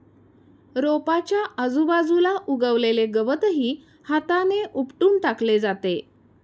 रोपाच्या आजूबाजूला उगवलेले गवतही हाताने उपटून टाकले जाते